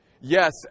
Yes